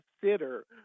consider